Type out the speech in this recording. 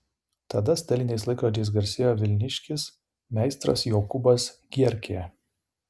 tada staliniais laikrodžiais garsėjo vilniškis meistras jokūbas gierkė